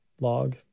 log